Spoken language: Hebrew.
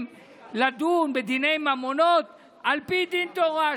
לדון בדיני ממונות על פי דין תורה,